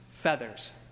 feathers